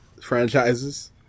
franchises